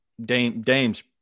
Dame's